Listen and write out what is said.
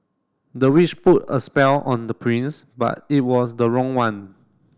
the witch put a spell on the prince but it was the wrong one